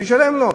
שישלם לו.